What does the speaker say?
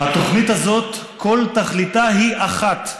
"התוכנית הזאת, כל תכליתה היא אחת: